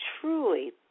truly